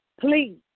Please